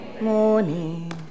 Morning